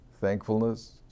thankfulness